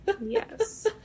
yes